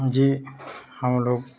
जी हम लोग